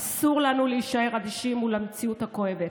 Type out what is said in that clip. אסור לנו להישאר אדישים מול המציאות הכואבת.